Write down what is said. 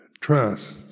trust